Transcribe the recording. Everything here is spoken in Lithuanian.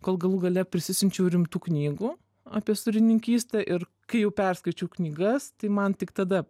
kol galų gale prisisiunčiau rimtų knygų apie sūrininkystę ir kai jau perskaičiau knygas tai man tik tada